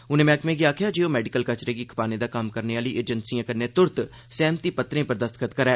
उनें मैह्कमे गी आखेआ जे ओह् मैडिकल कचरे गी खपाने दा कम्म करने आहली एजेंसिए कन्नै तुरत सैहमति पत्तरें उप्पर दस्तख्त करै